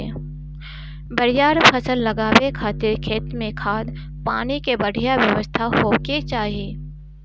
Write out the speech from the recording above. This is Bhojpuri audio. बरियार फसल लगावे खातिर खेत में खाद, पानी के बढ़िया व्यवस्था होखे के चाही